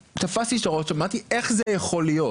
תפסתי את הראש, אמרתי איך זה יכול להיות?